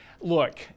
Look